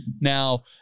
Now